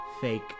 fake